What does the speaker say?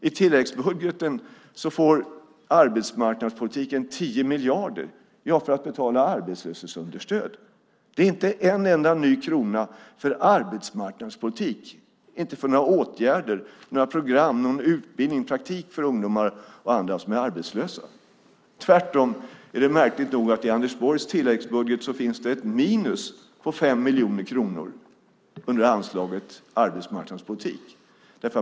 I tilläggsbudgeten får arbetsmarknadspolitiken 10 miljarder för att betala arbetslöshetsunderstöd. Det är inte en enda ny krona till arbetsmarknadspolitik, inte till några åtgärder, några program, någon utbildning eller praktik för ungdomar och andra som är arbetslösa. Tvärtom är det märkligt nog så att i Anders Borgs tilläggsbudget finns det ett minus på 5 miljoner kronor under anslaget Arbetsmarknadspolitik.